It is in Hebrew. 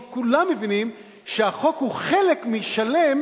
כי כולם מבינים שהחוק הוא חלק משלם,